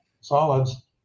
solids